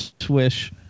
swish